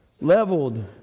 leveled